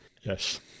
Yes